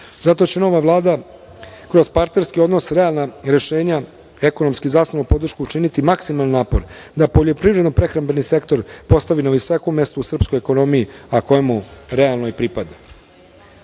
Zato će nova Vlada kroz partnerski odnos, realna rešenja i ekonomski zasnovanu podršku učiniti maksimalan napor da poljoprivredni prehrambeni sektor postavi na visokom mestu u srpskoj ekonomiji, a koje mu realno i pripada. Pravda